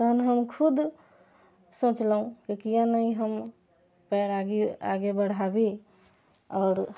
तहन हम खुद सोचलहुँ किएक ने हम पयर आगे आगे बढ़ाबी आओर